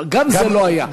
אבל גם זה לא היה.